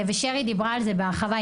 שרי דיברה על זה בהרחבה,